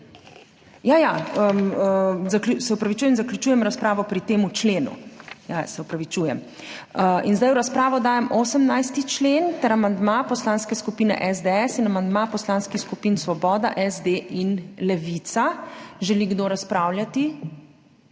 Ja, ja, se opravičujem, zaključujem razpravo pri tem členu. Se opravičujem. In zdaj v razpravo dajem 18. člen ter amandma Poslanske skupine SDS in amandma Poslanskih skupin Svoboda, SD in Levica. Želi kdo razpravljati?